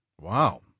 Wow